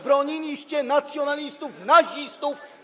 Broniliście nacjonalistów, nazistów.